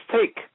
Take